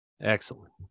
Excellent